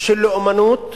של לאומנות,